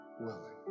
willing